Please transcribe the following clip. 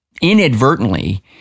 inadvertently